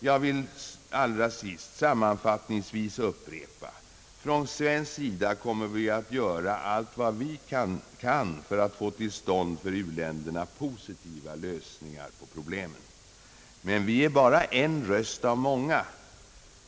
Jag vill allra sist sammanfattningsvis upprepa: Från svensk sida kommer vi att göra allt vi kan för att få till stånd för u-länderna positiva lösningar på problemen. Men vi är bara en röst av många.